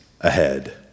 ahead